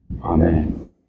Amen